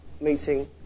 meeting